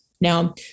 Now